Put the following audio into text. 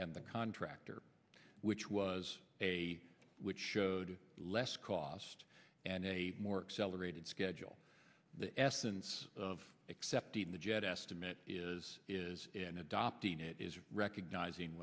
and the contractor which was a which showed less cost and a more accelerated schedule the essence of accepting the jet estimate is is i